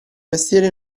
mestiere